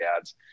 ads